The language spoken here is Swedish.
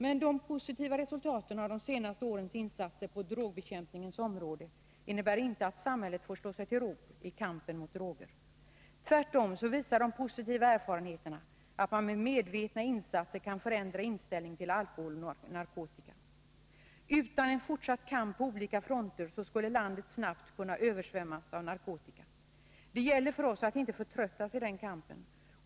Men de positiva resultaten av de senaste årens insatser på drogbekämpningens område innebär inte att samhället får slå sig till ro när det gäller kampen mot droger. Tvärtom visar de positiva erfarenheterna att man med medvetna insatser kan förändra inställningen till alkohol och narkotika. Utan en fortsatt kamp på olika fronter skulle landet kunna översvämmas av narkotika. Det gäller för oss att inte förtröttas i denna kamp.